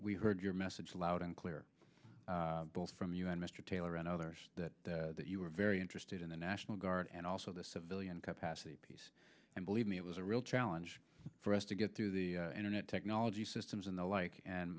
we heard your message loud and clear both from the u n mr taylor and others that you were very interested in the national guard and also the civilian capacity piece and believe me it was a real challenge for us to get through the internet technology systems and the like and